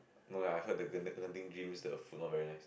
okay I heard the gen~ Genting dreams the food not very nice